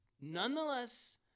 nonetheless